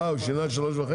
אה זה שונה ל-15:30?